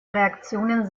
reaktionen